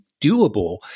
doable